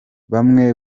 bamwe